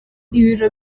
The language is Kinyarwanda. ibiro